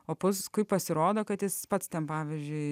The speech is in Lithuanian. o paskui pasirodo kad jis pats ten pavyzdžiui